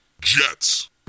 Jets